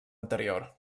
anterior